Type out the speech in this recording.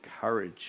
courage